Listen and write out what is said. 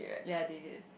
ya David